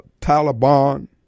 Taliban